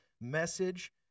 message